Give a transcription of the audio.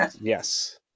Yes